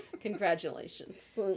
Congratulations